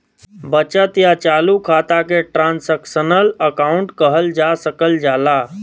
बचत या चालू खाता के ट्रांसक्शनल अकाउंट कहल जा सकल जाला